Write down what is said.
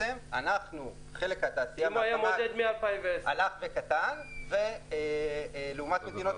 חלק התעשייה מהתמ"ג הלך וקטן לעומת מדינות